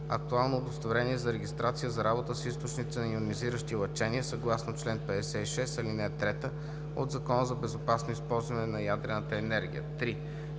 актуално удостоверение за регистрация за работа с източници на йонизиращи лъчения съгласно чл. 56, ал. 3 от Закона за безопасно използване на ядрената енергия; 3.